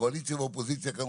קואליציה ואופוזיציה כאן,